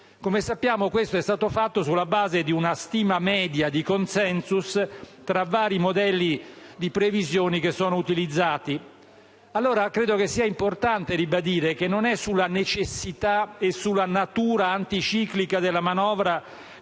Come sappiamo, questo è stato fatto sulla base di una stima media di *consensus* tra vari modelli di previsioni utilizzati. Credo dunque che sia importante ribadire che non è sulla necessità e sulla natura anticiclica della manovra